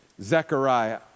Zechariah